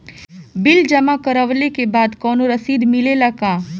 Bill जमा करवले के बाद कौनो रसिद मिले ला का?